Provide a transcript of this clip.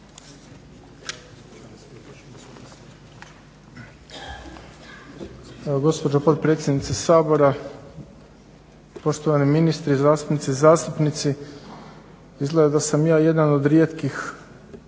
gospođo potpredsjednice Sabora, poštovani ministre i zastupnice i zastupnici izgleda da sam ja jedan od rijetkih